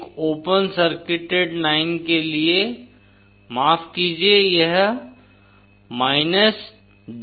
एक open circuited line के लिए माफ़ कीजिये यह jZo cot β d होगा